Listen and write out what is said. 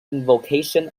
invocation